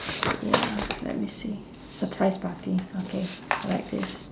ya let me see surprise party okay I like this